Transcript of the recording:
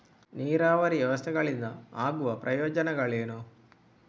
ನೀರಾವರಿ ವ್ಯವಸ್ಥೆಗಳಿಂದ ಆಗುವ ಪ್ರಯೋಜನಗಳೇನು?